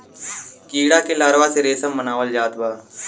कीड़ा के लार्वा से रेशम बनावल जात बा